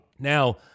Now